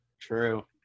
True